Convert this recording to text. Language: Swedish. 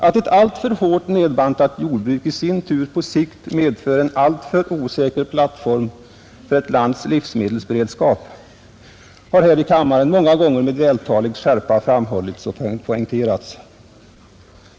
Att ett alltför hårt nedbantat jordbruk i sin tur på sikt medför en alltför osäker plattform för ett lands livsmedelsberedskap har här i kammaren många gånger med vältalig skärpa framhållits och poängterats.